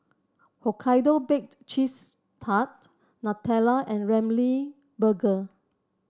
Hokkaido Baked Cheese Tart Nutella and Ramly Burger